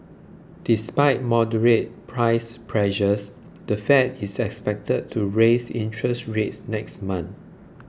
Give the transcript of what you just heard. despite moderate price pressures the Fed is expected to raise interest rates next month